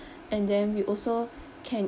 and then we also can